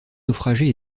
naufragés